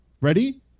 Ready